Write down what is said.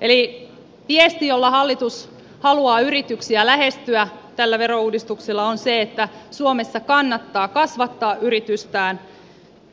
eli viesti jolla hallitus haluaa yrityksiä lähestyä tällä verouudistuksella on se että suomessa kannattaa kasvattaa yritystään